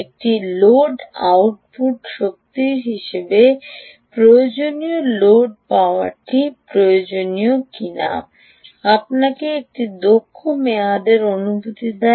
একটি load output শক্তির সাথে প্রয়োজনীয় লোড পাওয়ারটি প্রয়োজনীয় কিনা আপনাকে একটি দক্ষ মেয়াদের অনুমতি দেয়